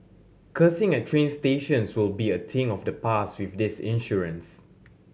cursing at train stations will be a thing of the past with this insurance